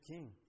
King